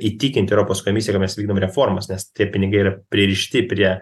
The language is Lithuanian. įtikint europos komisiją ka mes vykdom reformas nes tie pinigai yra pririšti prie